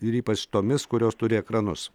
ir ypač tomis kurios turi ekranus